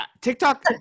TikTok